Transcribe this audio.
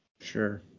Sure